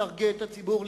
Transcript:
להרגיע את הציבור,